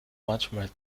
manchmal